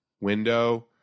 window